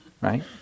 right